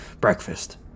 breakfast